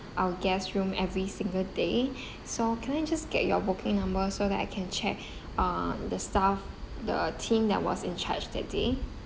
our guest room every single day so can I just get your booking number so that I can check uh the staff the team that was in charge that day